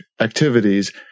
activities